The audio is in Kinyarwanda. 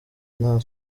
nta